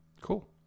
Cool